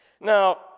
Now